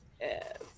Yes